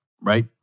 right